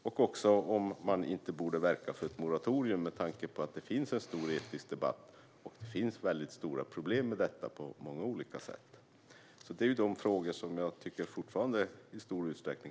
Borde man inte också verka för ett moratorium med tanke på att det finns en stor etisk debatt och väldigt stora problem med detta på många olika sätt? Det är de frågor som jag tycker kvarstår i stor utsträckning.